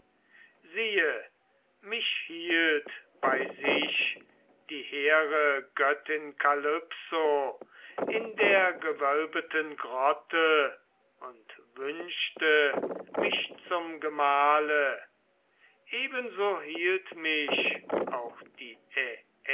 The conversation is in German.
siehe mich hielt bei sich die hehre göttin kalypso in der gewölbeten grotte und wünschte mich zum gemahle ebenso hielt mich auch die